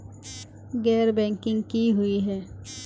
गैर बैंकिंग की हुई है?